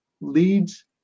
leads